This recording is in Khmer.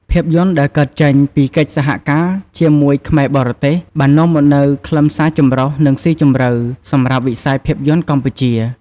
ភាពយន្តដែលកើតចេញពីកិច្ចសហការជាមួយខ្មែរបរទេស បាននាំមកនូវ ខ្លឹមសារចម្រុះ និងស៊ីជម្រៅ សម្រាប់វិស័យភាពយន្តកម្ពុជា។